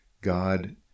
God